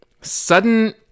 Sudden